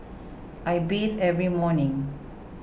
I bathe every morning